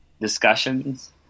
discussions